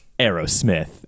Aerosmith